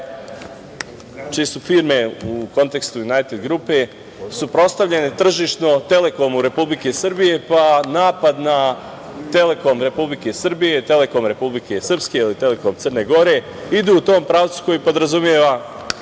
čije su firme u kontekstu „Junajted grupe“ suprotstavljene tržišno „Telekomu“ Republike Srbije, pa napad na „Telekom“ Republike Srbije, „Telekom“ Republike Srpske ili „Telekom“ Crne Gore idu u tom pravcu koji podrazumeva